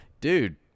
dude